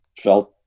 felt